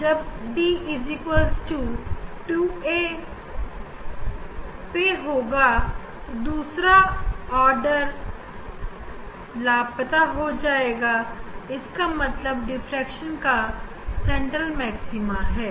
तो अब d 2a पे दूसरा आर्डर और चौथा लापता हो जाएगा इसका मतलब यह डिफ्रेक्शन का सेंट्रल मैक्सिमा है